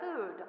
food